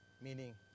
meaning